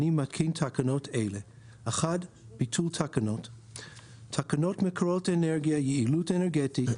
אני מתקין תקנות אלה: ביטול תקנות 1. תקנות מקורות אנרגיה (יעילות אנרגטית,